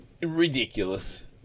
Ridiculous